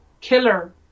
killer